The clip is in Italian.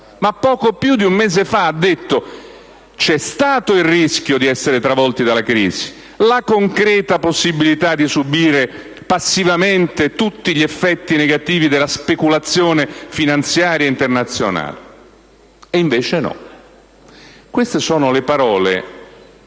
ma poco più di un mese fa ha detto «C'è stato il rischio di essere travolti dalla crisi e c'è stata la concreta possibilità di subire passivamente tutti gli effetti negativi della speculazione finanziaria internazionale. E invece no». Queste sono le parole